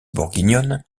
bourguignonne